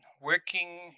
working